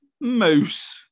Moose